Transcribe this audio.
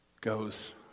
goes